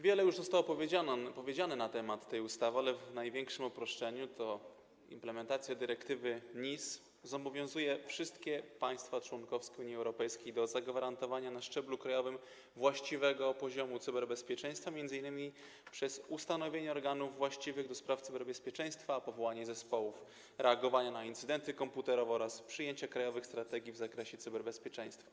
Wiele już zostało powiedziane na temat tej ustawy, więc powiem w największym uproszczeniu: to implementacja dyrektywy NIS zobowiązuje wszystkie państwa członkowskie Unii Europejskiej do zagwarantowania właściwego poziomu cyberbezpieczeństwa na szczeblu krajowym m.in. przez ustanowienie organów właściwych do spraw cyberbezpieczeństwa, powołanie zespołów reagowania na incydenty komputerowe oraz przyjęcie krajowych strategii w zakresie cyberbezpieczeństwa.